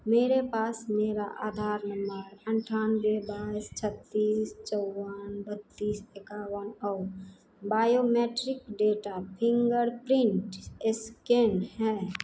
मेरे पास मेरा आधार नम्बर अट्ठानवे बाईस छत्तीस चौवन बत्तीस इक्यावन और बायोमेट्रिक डेटा फिंगरप्रिंट स्कैन है